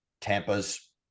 Tampa's